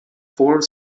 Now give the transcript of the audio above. fort